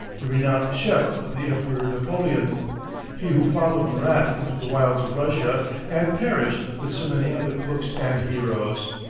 the renowned chef of the emperor napoleon he who followed murat into the wilds of russia and perished with so many other cooks and heroes.